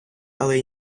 але